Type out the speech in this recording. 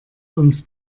uns